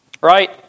right